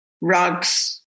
rugs